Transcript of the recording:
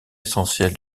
essentiel